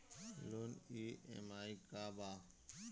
Loan EMI का बा?